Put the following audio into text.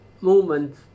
movement